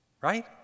Right